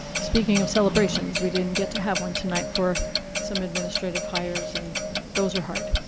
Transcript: speaking of celebrations, we didn't get to have one tonight for some administrative hires, and those are hard.